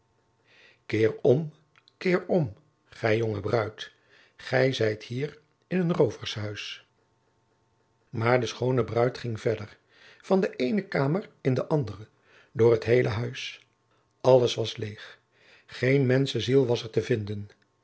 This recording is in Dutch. keer om keer om gij jonge bruid gij zijt hier in een roovershuis maar de schoone bruid ging verder van de eene kamer in de andere door het heele huis alles was leeg geen menschenziel was er te vinden